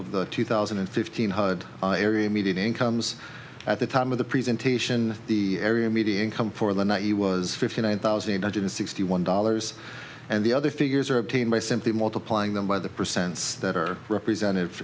of the two thousand and fifteen hundred area median incomes at the time of the presentation the area median income for the night he was fifty nine thousand eight hundred sixty one dollars and the other figures are obtained by simply multiplying them by the percents that are represent